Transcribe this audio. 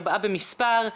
ארבעה במספר,